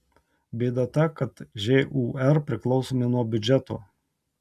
bėda ta kad žūr priklausomi nuo biudžeto